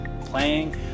playing